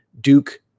Duke